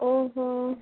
ଓ ହୋ